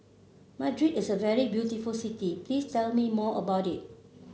Madrid is a very beautiful city Please tell me more about it